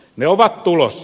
ne ovat tulossa